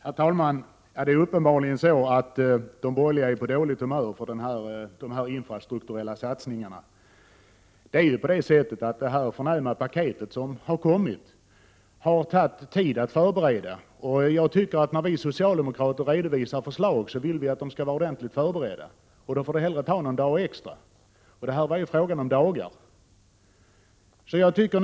Herr talman! Det är uppenbarligen så, att de borgerliga är på dåligt humör när det gäller de infrastrukturella satsningarna. Det har ju krävt tid att förbereda det här förnämliga paketet. När vi socialdemokrater redovisar förslag vill vi att de skall vara ordentligt förberedda. Det får hellre ta någon dag extra. Här var det bara fråga om några dagar.